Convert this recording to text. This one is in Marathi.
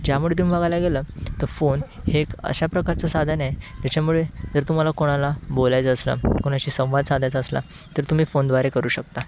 ज्यामुळे तुम्ही बघायला गेलं तर फोन हे एक अशा प्रकारचं साधन आहे ज्याच्यामुळे जर तुम्हाला कोणाला बोलायचं असलं कोणाशी संवाद साधायचा असला तर तुम्ही फोनद्वारे करू शकता